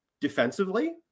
defensively